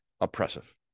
oppressive